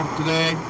today